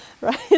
right